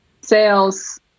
Sales